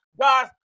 Guys